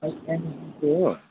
ए हो